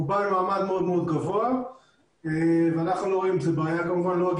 רובם ממעמד מאוד מאוד גבוה ולנו אין בעיה עם זה.